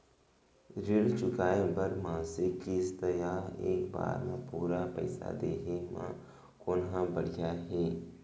ऋण चुकोय बर मासिक किस्ती या एक बार म पूरा पइसा देहे म कोन ह बढ़िया हे?